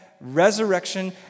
resurrection